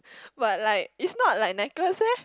but like is not like necklace leh